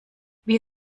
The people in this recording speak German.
wir